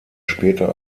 später